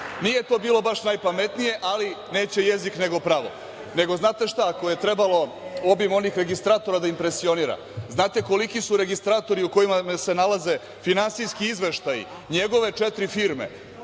Nije to bilo baš najpametnije, ali neće jezik nego pravo. Ako je trebalo obim onih registratora da ih impresionira, znate li koliki su registratori u kojima se nalaze finansijski izveštaji njegove četiri firme,